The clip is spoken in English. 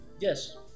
Yes